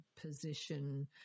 position